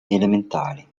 elementari